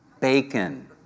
Bacon